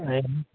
ஆ